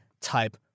type